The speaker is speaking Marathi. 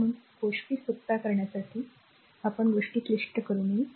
म्हणून गोष्टी सोप्या करण्यासाठी आपण गोष्टी क्लिष्ट करू नये